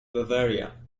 bavaria